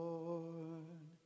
Lord